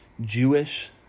Jewish